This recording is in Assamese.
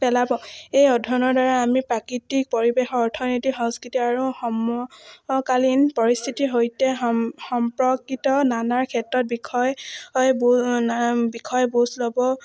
পেলাব এই অধ্যয়নৰদ্বাৰা আমি প্ৰাকৃতিক পৰিৱেশ অৰ্থনীতিক সংস্কৃতি আৰু সমকালীন পৰিস্থিতিৰ সৈতে সম্পৰ্কিত নানাৰ ক্ষেত্ৰত বিষয় বিষয় বুজ ল'ব